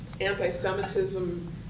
anti-Semitism